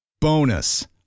Bonus